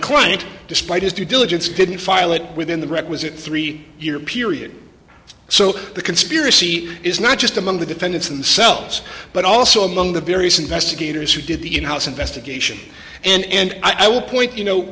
client despite his due diligence didn't file it within the requisite three year period so the conspiracy is not just among the defendants in the cells but also among the various investigators who did the in house investigation and i will point you know